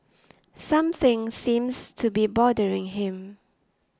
something seems to be bothering him